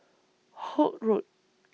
Holt Road